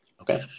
Okay